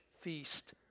feast